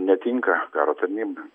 netinka karo tarnyba